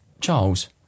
Charles